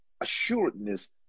assuredness